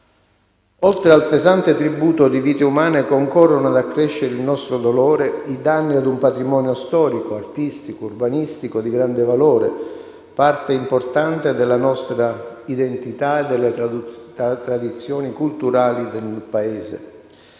Oltre al pesante tributo di vite umane concorrono ad accrescere il nostro dolore i danni a un patrimonio storico, artistico, urbanistico di grande valore, parte importante della nostra identità e delle tradizioni culturali del Paese.